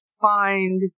find